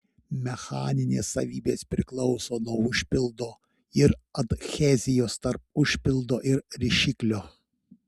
mechaninės savybės priklauso nuo užpildo ir adhezijos tarp užpildo ir rišiklio